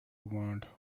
want